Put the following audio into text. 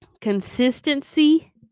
Consistency